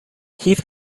heath